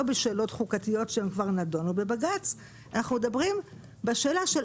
בשאלות חוקתיות שנדונו בבג"צ אלא דנים בשאלה של